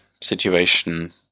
situation